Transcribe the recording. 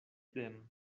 them